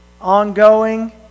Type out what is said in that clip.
ongoing